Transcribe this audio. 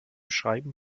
schreiben